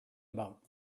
about